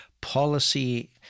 policy